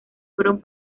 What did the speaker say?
fueron